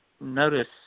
notice